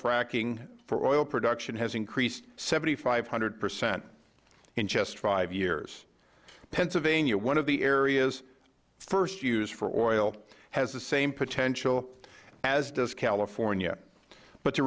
fracking for oil production has increased seven thousand five hundred percent in just five years pennsylvania one of the areas first used for oil has the same potential as does california but to